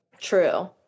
True